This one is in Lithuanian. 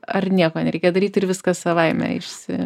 ar nieko nereikia daryt ir viskas savaime išsi